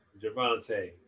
Javante